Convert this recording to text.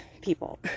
people